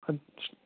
અચ્છા